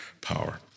power